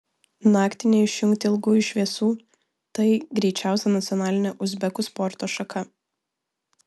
naktį neišjungti ilgųjų šviesų tai greičiausia nacionalinė uzbekų sporto šaka